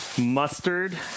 Mustard